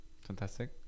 Fantastic